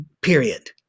Period